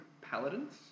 paladins